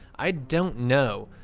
i don't know.